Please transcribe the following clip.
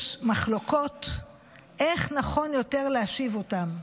יש מחלוקות איך נכון יותר להשיב אותם,